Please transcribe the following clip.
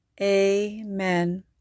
amen